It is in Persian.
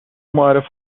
معرف